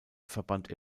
verband